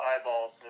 eyeballs